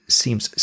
seems